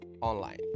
online